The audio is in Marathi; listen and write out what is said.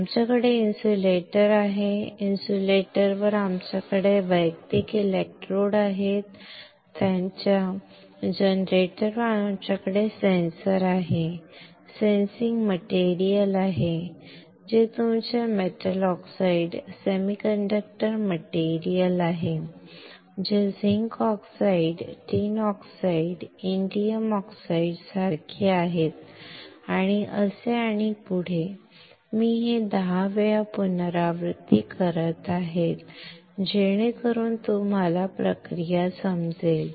आमच्याकडे इन्सुलेटर आहे इन्सुलेटर वर आमच्याकडे वैयक्तिक इलेक्ट्रोड आहेत त्यांच्या जनरेटरवर आमच्याकडे सेन्सर आहे सेन्सिंग मटेरियल आहे जे तुमचे मेटल ऑक्साईड सेमीकंडक्टर मटेरियल आहे जे zinc oxide tin oxide indium oxide सारखे आहे आणि असे आणि पुढे हे मी 10 वेळा पुनरावृत्ती करत आहे जेणेकरून तुम्हाला प्रक्रिया समजेल